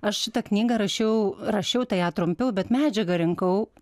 aš šitą knygą rašiau rašiau tai ją trumpiau bet medžiagą rinkau